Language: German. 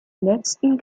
letzten